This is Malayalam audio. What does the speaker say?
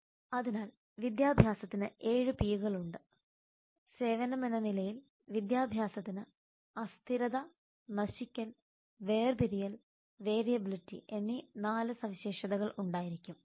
Refer slide time 0113 അതിനാൽ വിദ്യാഭ്യാസത്തിന് 7P കൾ ഉണ്ട് സേവനമെന്ന നിലയിൽ വിദ്യാഭ്യാസത്തിന് അസ്ഥിരത നശിക്കൽ വേർപിരിയൽ വേരിയബിളിറ്റി എന്നീ നാല് സവിശേഷതകൾ ഉണ്ടായിരിക്കും